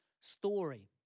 story